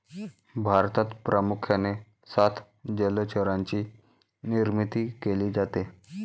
भारतात प्रामुख्याने सात जलचरांची निर्मिती केली जाते